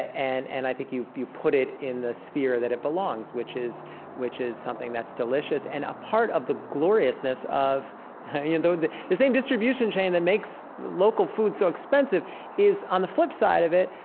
and and i think you you put it in the sphere that it belongs, which is which is something that's delicious and a part of the gloriousness of you know the the same distribution chain that makes local food so expensive is, on the flip side of it,